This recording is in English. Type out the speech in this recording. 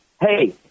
hey